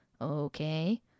Okay